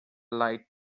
light